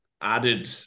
added